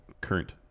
current